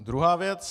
A druhá věc.